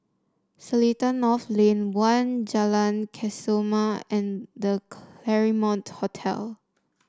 Seletar North Lane One Jalan Kesoma and The Claremont Hotel